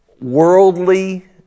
worldly